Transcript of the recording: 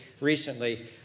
recently